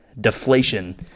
deflation